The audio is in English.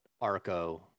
arco